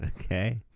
Okay